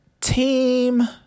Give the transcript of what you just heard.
Team